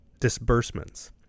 disbursements